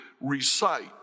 recite